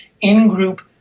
in-group